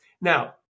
Now